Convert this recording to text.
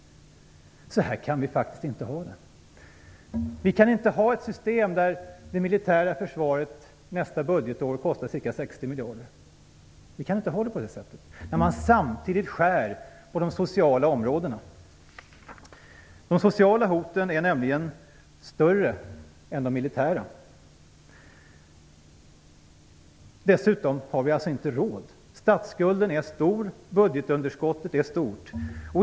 Så här kan vi faktiskt inte ha det. Vi kan inte ha ett system där det militära försvaret nästa budgetår kostar ca 60 miljarder. Vi kan inte ha det på det sättet när man samtidigt skär på de sociala områdena. De sociala hoten är nämligen större än de militära. Dessutom har vi inte råd. Statsskulden är stor, budgetunderskottet är stort.